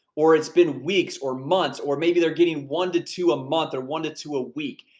or, it's been weeks or months, or maybe they're getting one to two a month or one to two a week.